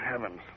heavens